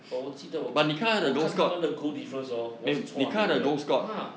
but 我记得我看他们的 goal difference orh 我是差别 uh